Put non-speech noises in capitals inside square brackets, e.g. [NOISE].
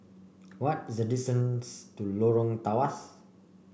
what is the [UNINTELLIGIBLE] to Lorong Tawas